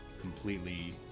completely